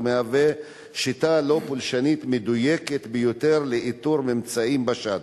ומהווה שיטה לא פולשנית מדויקת ביותר לאיתור ממצאים בשד.